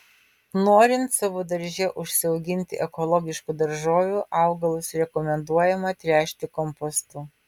norint savo darže užsiauginti ekologiškų daržovių augalus rekomenduojama tręšti kompostu